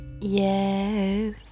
Yes